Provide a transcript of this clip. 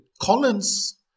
Collins